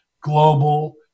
global